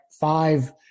five